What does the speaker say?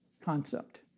concept